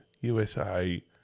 USA